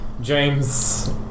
James